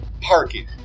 parking